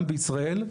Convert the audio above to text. וגם בישראל,